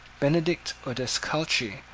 benedict odescalchi,